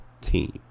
team